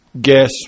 guess